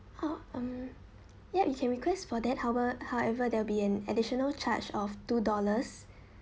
orh mm ya you can request for that however there will be an additional charge of two dollars